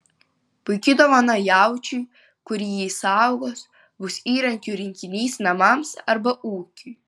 puiki dovana jaučiui kuri jį saugos bus įrankių rinkinys namams arba ūkiui